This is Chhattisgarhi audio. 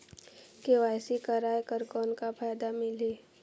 के.वाई.सी कराय कर कौन का फायदा मिलही?